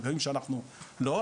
הדברים שאנחנו לא.